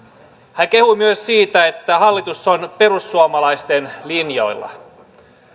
hän kehui myös sitä että hallitus on perussuomalaisten linjoilla